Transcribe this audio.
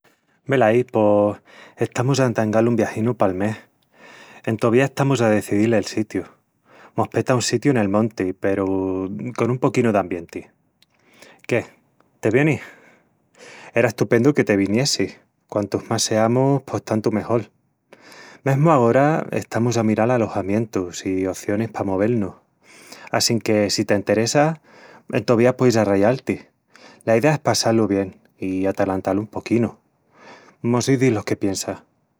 Velaí. Pos estamus a entangal un viaginu pal mes. Entovía estamus a decedil el sitiu. Mos peta un sitiu nel monti peru con un poquinu d'ambienti. Qué... te vienis? Era estupendu que te viniessis, quantus más seamus, pos tantu mejol. Mesmu agora estamus a miral alojamientus i ocionis pa movel-nus, assinque si t'enteressa, entovía pueis arrayal-ti La idea es passá-lu bien i atalantal un poquinu. Mos izis lo que piensas...